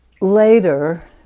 later